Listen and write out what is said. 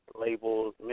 labels